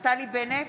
נפתלי בנט,